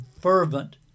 fervent